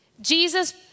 jesus